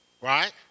Right